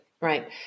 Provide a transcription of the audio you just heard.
right